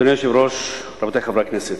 אדוני היושב-ראש, רבותי חברי הכנסת,